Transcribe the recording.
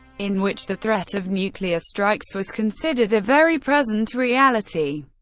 in which the threat of nuclear strikes was considered a very present reality.